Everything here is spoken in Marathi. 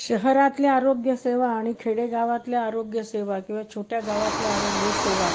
शहरातल्या आरोग्य सेवा आणि खेडेगावातल्या आरोग्य सेवा किंवा छोट्या गावातल्या आरोग्य सेवा